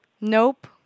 Nope